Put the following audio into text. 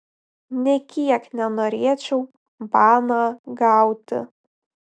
nė kiek nenorėčiau baną gauti